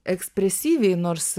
ekspresyviai nors